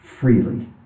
freely